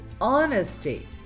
honesty